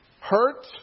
hurt